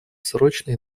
срочно